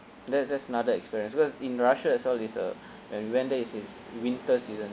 that that's another experience because in russia as well it's a when we went there it's it's winter season